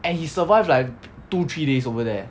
and he survive like two three days over there